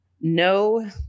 no